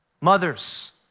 Mothers